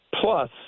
Plus